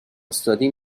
استادی